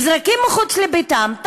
נזרקים מחוץ לביתם,